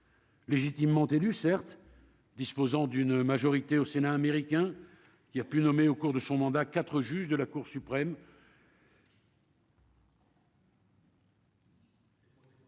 Légitimement élu certes disposant d'une majorité au Sénat américain, qui a pu nommer au cours de son mandat, 4 juges de la Cour suprême.